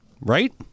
right